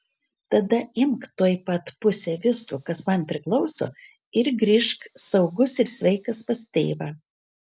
tada imk tuoj pat pusę visko kas man priklauso ir grįžk saugus ir sveikas pas tėvą